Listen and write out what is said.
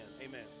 Amen